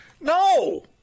No